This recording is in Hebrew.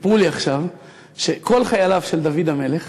סיפרו לי עכשיו שכל חייליו של דוד המלך